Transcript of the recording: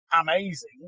amazing